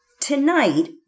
Tonight